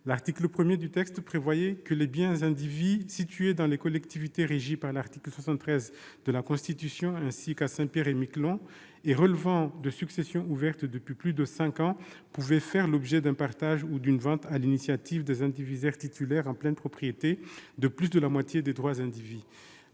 proposition de loi prévoyait que les biens indivis situés dans les collectivités régies par l'article 73 de la Constitution ainsi qu'à Saint-Pierre-et-Miquelon, et relevant de successions ouvertes depuis plus de cinq ans, pouvaient faire l'objet d'un partage ou d'une vente sur l'initiative des indivisaires titulaires en pleine propriété de plus de la moitié des droits indivis.